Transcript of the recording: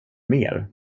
mer